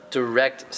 direct